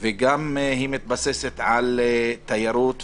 וגם היא מתבססת על תיירות,